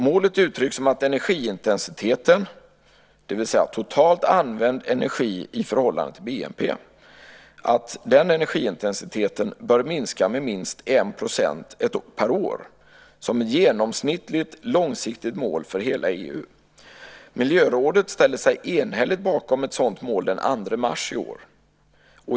Målet uttrycks som att energiintensiteten, det vill säga totalt använd energi i förhållande till BNP, bör minska med minst 1 % per år som ett genomsnittligt långsiktigt mål för hela EU. Miljörådet ställde sig enhälligt bakom ett sådant mål den 2 mars i år.